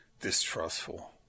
distrustful